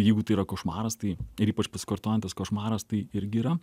jeigu tai yra košmaras tai ir ypač pasikartojantis košmaras tai irgi yra